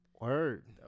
Word